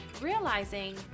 realizing